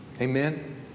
Amen